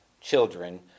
children